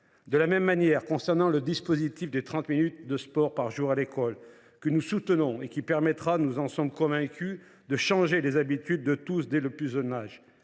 appliquent d’ores et déjà le dispositif des trente minutes de sport par jour à l’école, que nous soutenons, et qui permettra, nous en sommes convaincus, de changer les habitudes de tous dès le plus jeune âge.